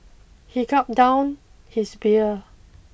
he gulped down his beer